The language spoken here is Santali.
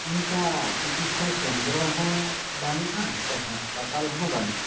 ᱚᱱᱠᱟ ᱪᱤᱠᱤᱥᱥᱟ ᱠᱮᱱᱫᱨᱚ ᱦᱚᱸ ᱵᱟᱹᱱᱩᱜᱼᱟ ᱥᱮ ᱦᱟᱥᱯᱟᱛᱟᱞ ᱦᱚᱸ ᱵᱟᱹᱱᱩᱜᱼᱟ